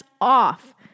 off